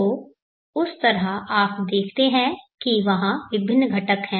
तो उस तरह आप देखते हैं कि वहां विभिन्न घटक हैं